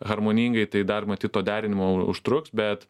harmoningai tai dar matyt to derinimo užtruks bet